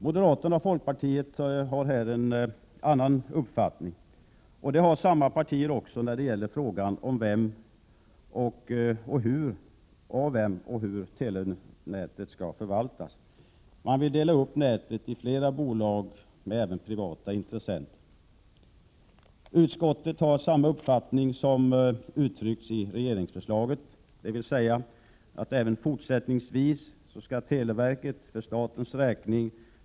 Moderaterna och folkpartiet har här en annan uppfattning, och det har dessa partier också när det gäller frågan om hur och av vem telenätet skall förvaltas. Man vill dela upp nätet i flera bolag med även privata intressenter. Utskottet har samma uppfattning som den som uttrycks i regeringsförslaget, dvs. att televerket även fortsättningsvis skall förvalta det allmänna telenätet för statens räkning.